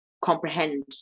comprehend